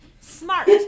Smart